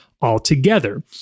altogether